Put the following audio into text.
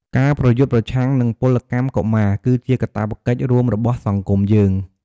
ការប្រយុទ្ធប្រឆាំងនឹងពលកម្មកុមារ គឺជាកាតព្វកិច្ចរួមរបស់សង្គមយើង។